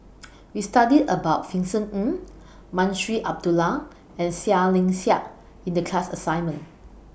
We studied about Vincent Ng Munshi Abdullah and Seah Liang Seah in The class assignment